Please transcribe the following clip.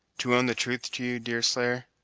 to own the truth to you, deerslayer,